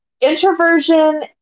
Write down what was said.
introversion